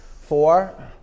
four